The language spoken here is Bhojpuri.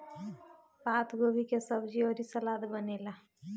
पातगोभी के सब्जी अउरी सलाद बनेला